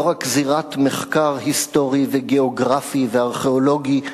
לא רק זירת מחקר היסטורי וגיאוגרפי וארכיאולוגי,